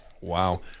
Wow